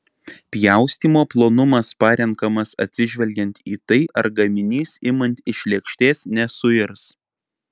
pjaustymo plonumas parenkamas atsižvelgiant į tai ar gaminys imant iš lėkštės nesuirs